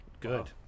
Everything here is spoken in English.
good